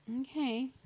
Okay